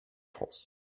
france